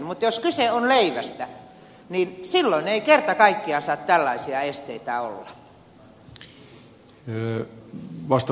mutta jos kyse on leivästä niin silloin ei kerta kaikkiaan saa tällaisia esteitä olla